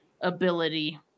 ability